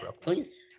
Please